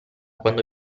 quando